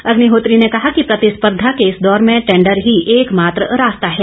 अग्निहोत्री ने कहा कि प्रतिस्पर्धा के इस दौर में टेंडर ही एक मात्र रास्ता है